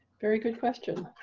very good question.